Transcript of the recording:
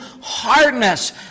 hardness